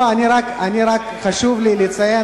לא, רק חשוב לי לציין